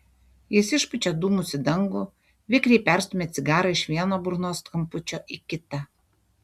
jis išpučia dūmus į dangų vikriai perstumia cigarą iš vieno burnos kampučio į kitą